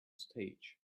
stage